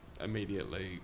immediately